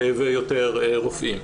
ויותר רופאים.